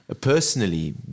personally